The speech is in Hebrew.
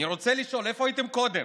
אני רוצה לשאול: איפה הייתם קודם?